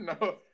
no